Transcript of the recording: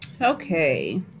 Okay